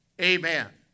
Amen